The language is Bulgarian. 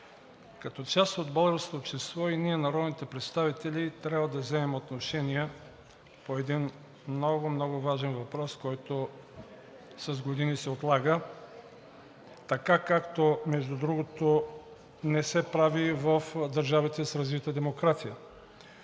Като част от българското общество и ние – народните представители, трябва да вземем отношение по един много, много важен въпрос, който с години се отлага, както, между другото, не се прави в държавите с развита демокрация.